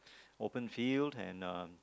open field and uh